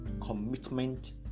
commitment